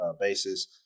basis